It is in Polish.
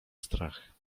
strach